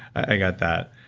i got that.